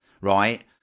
right